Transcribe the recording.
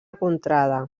contrada